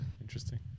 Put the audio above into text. interesting